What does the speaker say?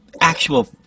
actual